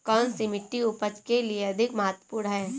कौन सी मिट्टी उपज के लिए अधिक महत्वपूर्ण है?